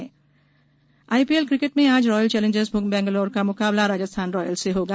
IPL cricket IPL cricket में आज Royal Challengers Bangalore का मुकाबला राजस्थान रॉयल्स से होगा